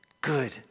good